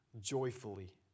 joyfully